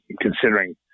considering